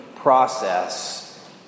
process